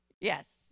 Yes